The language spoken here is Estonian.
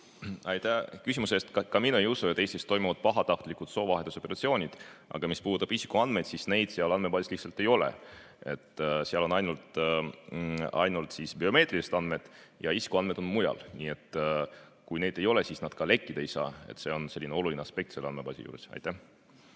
Aitäh küsimuse eest! Ka mina ei usu, et Eestis toimuvad pahatahtlikud soovahetusoperatsioonid. Aga mis puudutab isikuandmeid, siis neid seal andmebaasis lihtsalt ei ole. Seal on ainult biomeetrilised andmed ja isikuandmed on mujal. Kui neid ei ole, siis nad ka lekkida ei saa. See on oluline aspekt selle andmebaasi juures. Aitäh